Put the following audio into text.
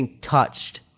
touched